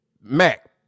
Mac